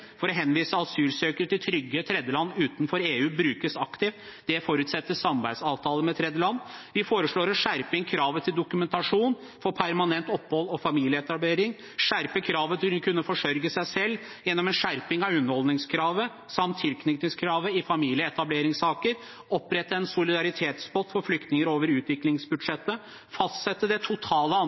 for å henvise asylsøkere til trygge tredjeland utenfor EU brukes aktivt. Det forutsetter samarbeidsavtaler med tredjeland. Vi foreslår å skjerpe kravet til dokumentasjon for permanent opphold og familieetablering, skjerpe kravet til å kunne forsørge seg selv gjennom en skjerping av underholdskravet samt tilknytningskravet i familieetableringssaker, opprette en solidaritetspott for flyktninger over utviklingsbudsjettet, fastsette det totale